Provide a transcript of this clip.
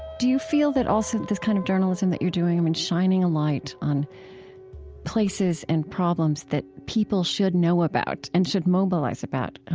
do you feel that also this kind of journalism that you're doing i mean, shining a light on places and problems that people should know about and should mobilize about,